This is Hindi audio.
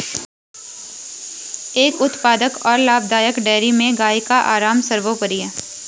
एक उत्पादक और लाभदायक डेयरी में गाय का आराम सर्वोपरि है